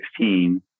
2016